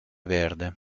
verde